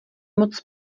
moc